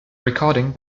recording